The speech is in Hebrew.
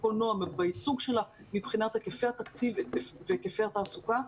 הקולנוע בעיסוק שלה מבחינת היקפי התקציב והיקפי התעסוקה,